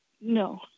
No